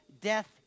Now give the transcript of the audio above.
death